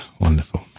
wonderful